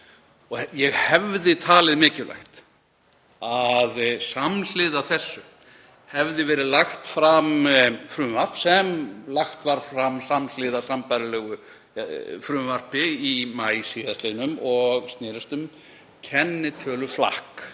ég hefði talið mikilvægt, að samhliða þessu hefði verið lagt fram frumvarp eins og gert var samhliða sambærilegu frumvarpi í maí sl. og snerist um kennitöluflakk,